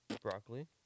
broccoli